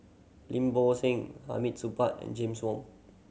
Lim Bo Seng Hamid Supaat and James Wong